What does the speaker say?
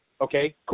Okay